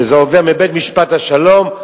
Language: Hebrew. עובר מבית-משפט השלום,